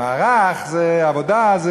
במקום לטפל בגירעון הזה,